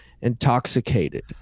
intoxicated